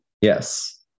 Yes